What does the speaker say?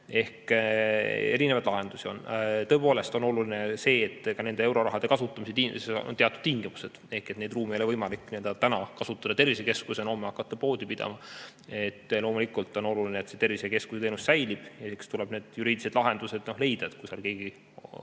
Ehk erinevaid lahendusi on. Tõepoolest on oluline see, et ka euroraha kasutamisel on teatud tingimused ehk neid ruume ei ole võimalik täna kasutada tervisekeskusena ja homme hakata seal poodi pidama. Loomulikult on oluline, et see tervisekeskuse teenus säilib. Eks tuleb need juriidilised lahendused leida, et kusagil keegi,